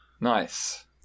nice